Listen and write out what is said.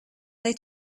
they